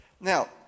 Now